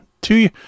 Two